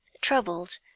troubled